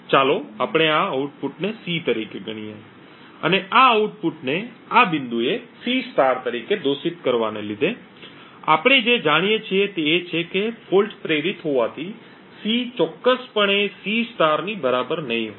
ચાલો આપણે આ આઉટપુટને C તરીકે ગણીએ અને આ આઉટપુટને આ બિંદુએ C તરીકે દોષિત કરવાને લીધે આપણે જે જાણીએ છીએ તે એ છે કે દોષ પ્રેરિત હોવાથી C ચોક્કસપણે C ની બરાબર નહીં હોય